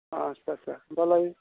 आस्सा आस्सा होमब्लालाय